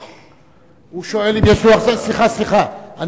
סליחה, סליחה.